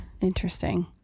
interesting